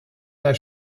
der